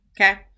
okay